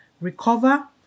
recover